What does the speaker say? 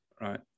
right